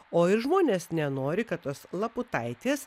o ir žmonės nenori kad tos laputaitės